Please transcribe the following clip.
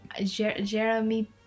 Jeremy